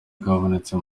kabonetse